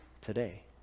today